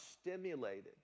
stimulated